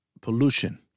pollution